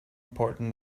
important